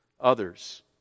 others